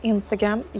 Instagram